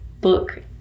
book